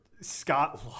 Scott